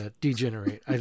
degenerate